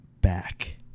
back